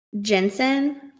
Jensen